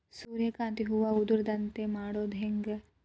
ಸೂರ್ಯಕಾಂತಿ ಹೂವ ಉದರದಂತೆ ಮಾಡುದ ಹೆಂಗ್?